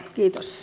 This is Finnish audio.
kiitos